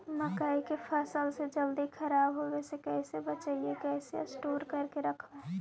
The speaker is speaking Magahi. मकइ के फ़सल के जल्दी खराब होबे से कैसे बचइबै कैसे स्टोर करके रखबै?